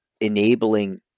enabling